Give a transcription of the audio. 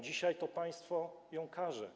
Dzisiaj to państwo ją karze.